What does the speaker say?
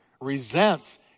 resents